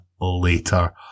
later